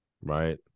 right